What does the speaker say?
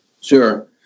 Sure